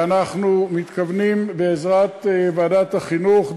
ואנחנו מתכוונים בעזרת ועדת החינוך,